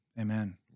Amen